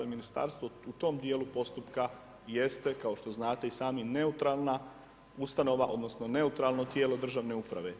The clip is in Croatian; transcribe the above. Ministarstvo u tom dijelu postupka jeste, kao što znate i sami neutralna ustanova odnosno neutralno tijelo državne uprave.